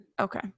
Okay